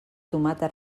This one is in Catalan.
tomata